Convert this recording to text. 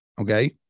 okay